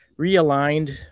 realigned